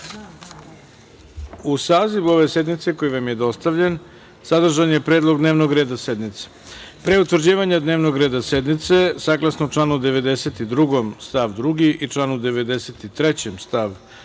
sazivu ove sednice, koji vam je dostavljen, sadržan je predlog dnevnog reda sednice. Pre utvrđivanja dnevnog reda sednice, saglasno članu 92. stav 2. i članu 93.